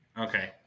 Okay